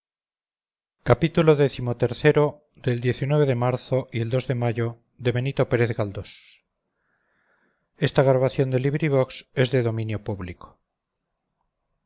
xxvi xxvii xxviii de marzo y el de mayo de benito pérez